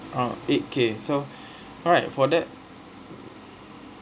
ah eight K so alright for that